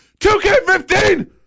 2K15